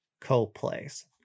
co-plays